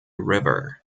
river